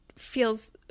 feels